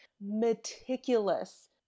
meticulous